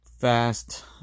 fast